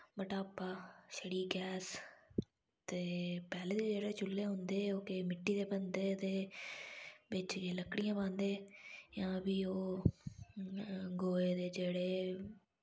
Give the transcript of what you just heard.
मटापा छड़ी गैस ते पैह्लें दे जेह्ड़े चुल्ले होंदे केई मिट्टी दे बनदे ते बिच्च जे लकड़ियां पांदे जां फ्ही ओह् गोहे दे जेह्ड़े